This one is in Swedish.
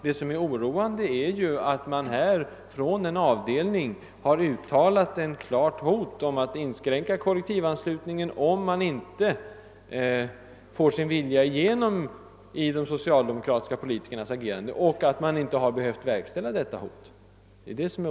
Det oroande är ju att man från en avdelning har uttalat ett klart hot om att inskränka kollektivanslutningen om man inte får sin vilja fram genom de socialdemokratiska politikernas agerande — och att man inte har behövt verkställa detta hot.